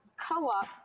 co-op